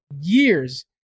years